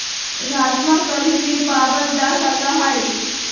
राजमा कभी भी पावल जा सका हई